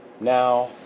Now